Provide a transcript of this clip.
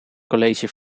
college